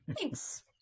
Thanks